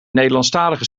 nederlandstalige